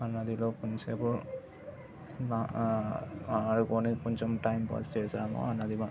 ఆ నదిలో కొంచేపు స్నా ఆడుకొని కొంచెం టైం పాస్ చేశాను ఆ నదిమ